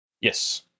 Yes